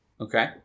Okay